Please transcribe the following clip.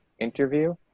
interview